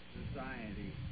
society